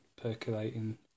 percolating